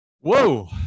Whoa